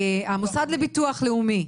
שהמוסד לביטוח לאומי,